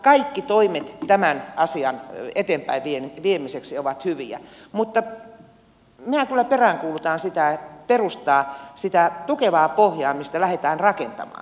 kaikki toimet tämän asian eteenpäin viemiseksi ovat hyviä mutta minä kyllä peräänkuulutan sitä perustaa sitä tukevaa pohjaa mistä lähdetään rakentamaan